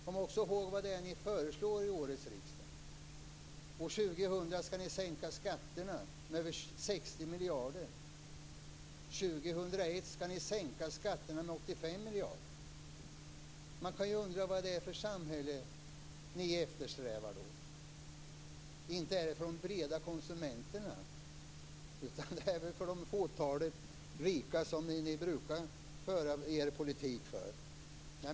Kom också ihåg vad det är ni föreslår till årets riksdag! År 2000 skall ni sänka skatterna med över 60 miljarder. År 2001 skall ni sänka skatterna med 85 miljarder. Man kan undra vad det är för samhälle ni eftersträvar. Inte är det ett samhälle för de breda konsumenterna, utan det är väl för de fåtaliga rika som ni brukar föra er politik.